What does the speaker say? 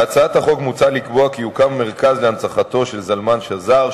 בהצעת החוק מוצע לקבוע כי יוקם מרכז להנצחתו של זלמן שזר,